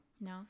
No